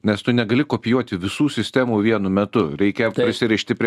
nes tu negali kopijuoti visų sistemų vienu metu reikia prisirišti prie